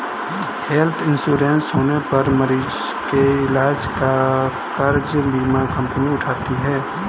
health insurance होने पर मरीज के इलाज का खर्च बीमा कंपनी उठाती है